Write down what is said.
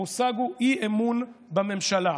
המושג הוא אי-אמון בממשלה,